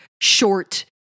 short